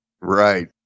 Right